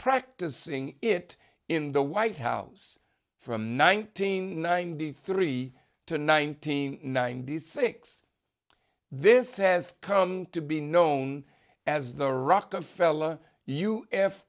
practicing it in the white house from nineteen ninety three to nineteen ninety six this has come to be known as the rockefeller u f